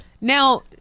Now